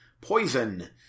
poison